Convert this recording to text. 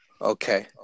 okay